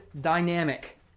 dynamic